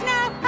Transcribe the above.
Now